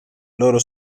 loro